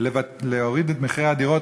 להוריד את מחירי הדירות,